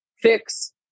fix